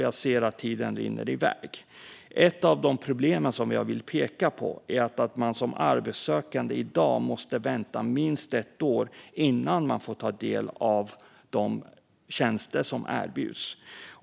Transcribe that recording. Jag ser att min talartid rinner iväg, men ett av de problem som jag vill peka på är att man som arbetssökande i dag måste vänta minst ett år innan man får ta del av de tjänster som erbjuds.